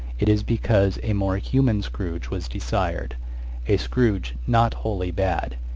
it is because a more human scrooge was desired a scrooge not wholly bad,